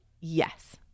yes